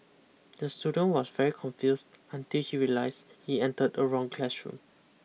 the student was very confused until he realised he entered the wrong classroom